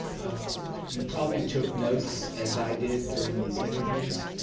you probably took notes as i did during these interviews.